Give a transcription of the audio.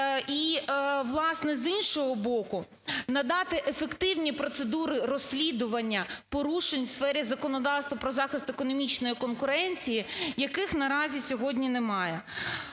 І, власне, з іншого боку, надати ефективні процедури розслідування порушень в сфері законодавства про захист економічної конкуренції, яких наразі сьогодні немає.